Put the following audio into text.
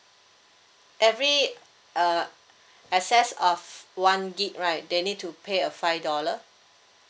every uh excess of one gig right they need to pay a five dollar